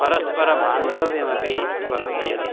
परस्परबान्धव्यम् अपि वर्धयति